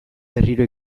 berriro